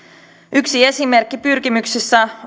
yksi esimerkki pyrkimyksistä